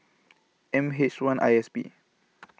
M H one I S P